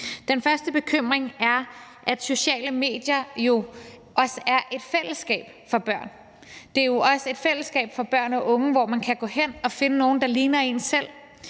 Den første bekymring er, at sociale medier jo også er et fællesskab for børn. Det er jo også et fællesskab for børn og unge, hvor man kan gå hen og finde nogen , der ligner en selv,